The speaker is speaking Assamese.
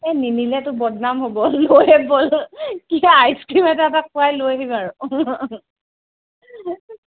এই নিনিলে তোৰ বদনাম হ'ব লৈ ব'ল কিবা আইচ ক্ৰিম এটা এটা খুৱাই লৈ আহিম আৰু